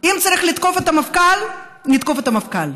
אם צריך לתקוף את המפכ"ל, נתקוף את המפכ"ל,